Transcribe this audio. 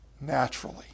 naturally